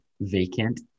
vacant